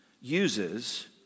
uses